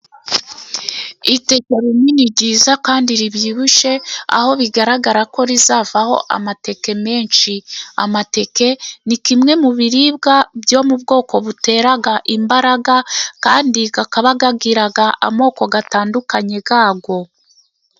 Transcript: Iteke rinini ryiza kandi ribyibushye, aho bigaragara ko rizavaho amateke menshi, amateke ni kimwe mu biribwa byo mu bwoko butera imbaraga kandi akaba agira, amoko atandukanye yayo.